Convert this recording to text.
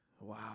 Wow